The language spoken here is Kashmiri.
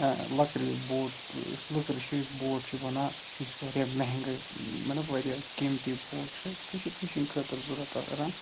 لکریو بوٹ یُس لکرٕ چھُ یُس بوٹ چھُ بنان یہِ چھُ واریاہ مہنگہٕ مطلب واریاہ قیٖمتی بوٹ چھُ سُہ چھُ فِشِنگ خٲطرٕ ضورتھ لگان